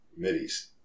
MIDIs